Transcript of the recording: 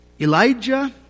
Elijah